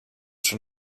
schon